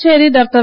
Puducherry doctor